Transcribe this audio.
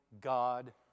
God